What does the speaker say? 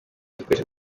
dukoresha